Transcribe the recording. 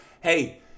Hey